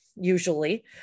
usually